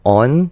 on